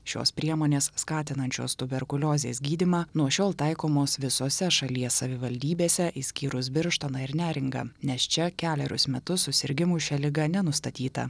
šios priemonės skatinančios tuberkuliozės gydymą nuo šiol taikomos visose šalies savivaldybėse išskyrus birštoną ir neringą nes čia kelerius metus susirgimų šia liga nenustatyta